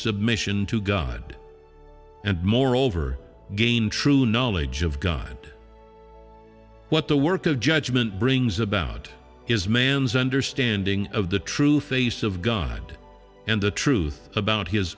submission to god and moreover gain true knowledge of god what the work of judgment brings about is man's understanding of the true face of god and the truth about his